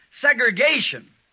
segregation